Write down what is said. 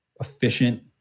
efficient